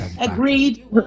agreed